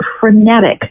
frenetic